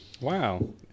Wow